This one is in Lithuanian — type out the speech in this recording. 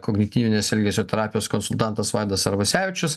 kognityvinės elgesio terapijos konsultantas vaidas arvasevičius